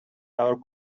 our